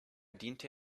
diente